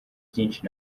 byinshi